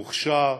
מוכשר,